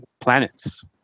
planets